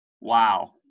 Wow